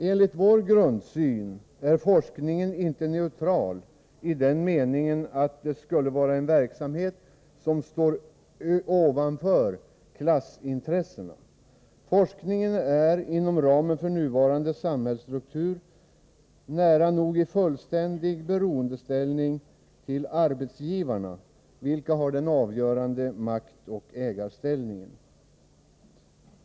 Enligt vår grundsyn är forskningen inte neutral i den meningen att det skulle vara en verksamhet som står ovanför klassintressena. Forskningen står, inom ramen för nuvarande samhällsstruktur, nära nog i fullständig beroendeställning till arbetsgivarna, vilka har den avgörande maktoch ägarställningen.